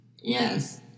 yes